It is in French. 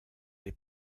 les